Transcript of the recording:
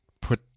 put